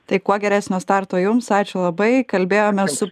tai kuo geresnio starto jums ačiū labai kalbėjome su